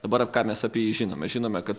dabar ką mes apie jį žinome žinome kad